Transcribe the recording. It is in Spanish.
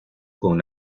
con